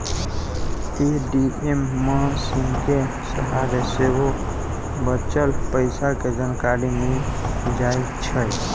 ATM मशीनके सहारे सेहो बच्चल पइसा के जानकारी मिल जाइ छइ